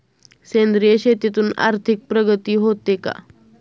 सेंद्रिय शेतीतून आर्थिक प्रगती होते का?